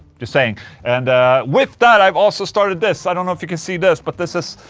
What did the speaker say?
just saying and with that i've also started this, i don't know if you can see this, but this is.